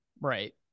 right